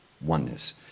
oneness